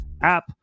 app